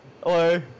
hello